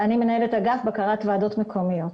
אני מנהלת אגף בקרת ועדות מקומית,